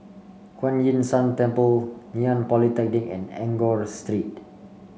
Kuan Yin San Temple Ngee Ann Polytechnic and Enggor